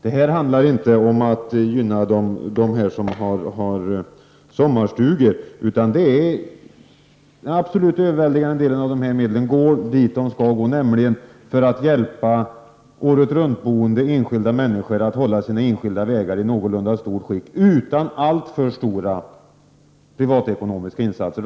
Detta handlar inte om att gynna dem som har sommarstugor, utan den absolut övervägande delen av dessa medel går dit de skall, nämligen till att hjälpa året-runt-boende enskilda människor att hålla sina enskilda vägar i någorlunda gott skick, utan alltför stora privatekonomiska insatser.